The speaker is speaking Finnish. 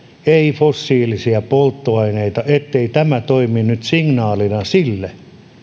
ei fossiilisia polttoaineita ettei tämä toimi nyt signaalina sille